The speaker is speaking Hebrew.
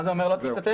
מה זה אומר שלא תשתתף?